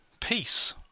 peace